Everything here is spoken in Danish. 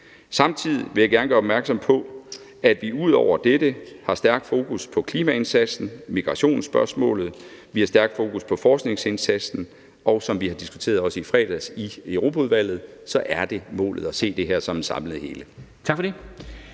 Samtidig vil jeg gerne gøre opmærksom på, at vi ud over dette har stærkt fokus på klimaindsatsen, på migrationsspørgsmålet, vi har stærkt fokus på forskningsindsatsen, og, som vi også diskuterede i fredags i Europaudvalget, er det målet at se det her som et samlet hele. Kl.